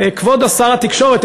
כבוד שר התקשורת,